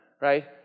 right